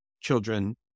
children